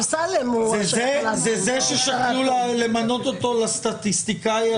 זה זה ששקלו למנות אותו לסטטיסטיקאי הראשי?